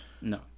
No